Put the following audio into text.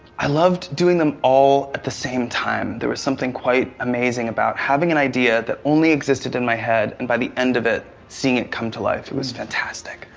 i loved doing them all at the same time. there was something quite amazing about having an idea that only existed in my head and by the end of it, seeing it come to life. it was fantastic.